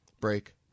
Break